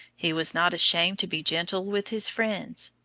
he was not ashamed to be gentle with his friends.